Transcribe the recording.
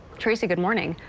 tracie, good morning.